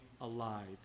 alive